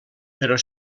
però